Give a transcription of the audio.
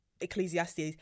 Ecclesiastes